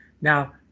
Now